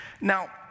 Now